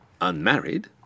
unmarried